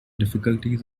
difficulties